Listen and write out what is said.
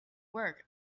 work